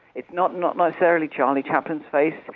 it's not not necessarily charlie chaplin's face,